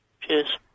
Cheers